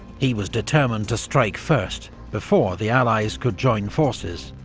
he was determined to strike first, before the allies could join forces,